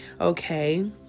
Okay